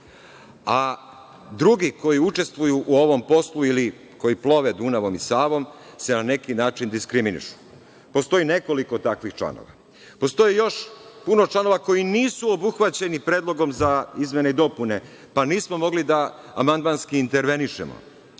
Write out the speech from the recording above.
a drugi koji učestvuju u ovom poslu ili koji plove Dunavom i Savom se na neki način diskriminišu. Postoji nekoliko takvih članova. Postoji još puno članova koji nisu obuhvaćeni predlogom za izmene i dopune, pa nismo mogli da amandmanski intervenišemo,